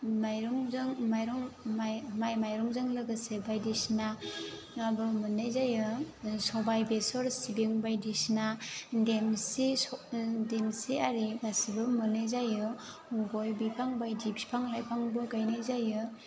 माइरंजों माइरं माइ माइ माइरंजों लोगोसे बायदिसिना मुवाबो मोन्नाय जायो सबाय बेसर सिबिं बायदिसिना देमसि स देमसि आरि गासिबो मोन्नाय जायो गय बिफां बायदि फिफां लाइफांबो गायनाय जायो